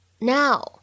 Now